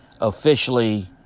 officially